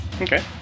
Okay